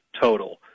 total